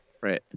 Right